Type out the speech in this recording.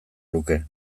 luke